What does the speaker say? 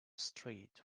street